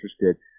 interested